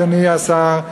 אדוני השר,